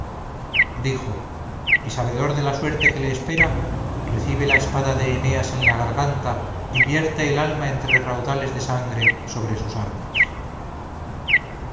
dijo y sabedor de la suerte que le espera recibe la espada de eneas en la garganta y vierte el alma entre raudales de sangre sobre sus armas